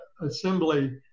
assembly